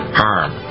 harm